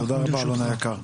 תודה רבה אלון היקר,